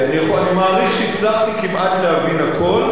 אני מעריך שהצלחתי כמעט להבין הכול.